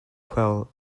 quell